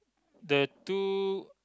the two